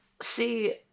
See